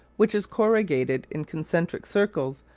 which is corrugated in concentric circles,